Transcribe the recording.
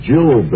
Jill